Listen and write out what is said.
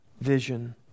vision